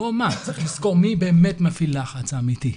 צריך לזכור מי באמת מפעיל הלחץ האמיתי.